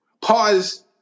Pause